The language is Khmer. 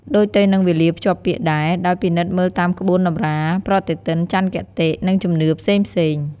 ដូចទៅនឹងវេលាភ្ជាប់ពាក្យដែរ ដោយពិនិត្យមើលតាមក្បួនតម្រា ប្រតិទិនចន្ទគតិ និងជំនឿផ្សេងៗ ។